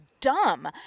dumb